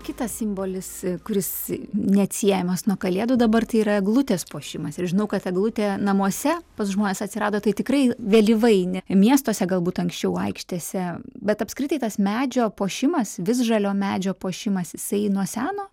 kitas simbolis kuris neatsiejamas nuo kalėdų dabar tai yra eglutės puošimas ir žinau kad eglutė namuose pas žmones atsirado tai tikrai vėlyvai ne miestuose galbūt anksčiau aikštėse bet apskritai tas medžio puošimas visžalio medžio puošimas jisai nuo seno